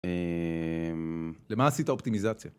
למה עשית אופטימיזציה?